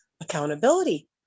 Accountability